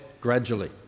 gradually